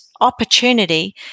opportunity